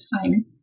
time